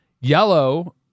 Yellow